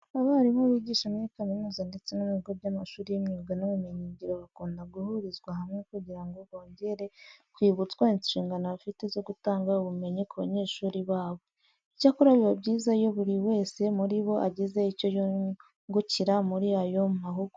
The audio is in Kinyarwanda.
Abarimu bigisha muri kaminuza ndetse no mu bigo by'amashuri y'imyuga n'ubumenyingiro bakunda guhurizwa hamwe kugira ngo bongere kwibutswa inshingano bafite zo gutanga ubumenyi ku banyeshuri babo. Icyakora biba byiza iyo buri wese muri bo agize icyo yungukira muri ayo mahugurwa.